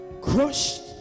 crushed